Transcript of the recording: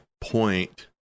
point